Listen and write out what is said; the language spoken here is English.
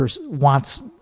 wants